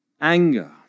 anger